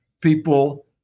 people